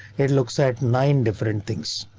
it looks at nine different things.